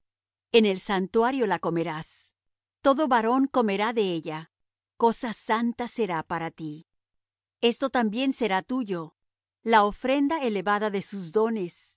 en el santuario la comerás todo varón comerá de ella cosa santa será para ti esto también será tuyo la ofrenda elevada de sus dones